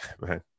man